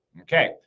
Okay